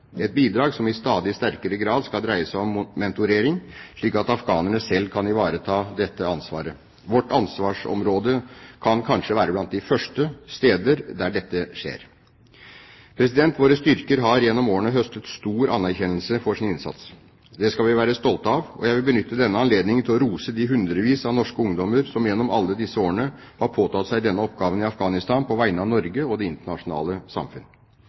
et bidrag som i stadig sterkere grad skal dreie seg om mentorering, slik at afghanerne selv kan ivareta dette ansvaret. Vårt ansvarsområde kan kanskje være blant de første steder der dette skjer. Våre styrker har gjennom årene høstet stor anerkjennelse for sin innsats. Det skal vi være stolte av, og jeg vil benytte denne anledningen til å rose de hundrevis av norske ungdommer som gjennom alle disse årene har påtatt seg denne oppgaven i Afghanistan, på vegne av Norge og det internasjonale samfunn.